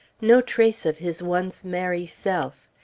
no trace of his once merry self.